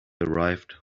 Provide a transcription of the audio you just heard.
arrived